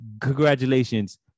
Congratulations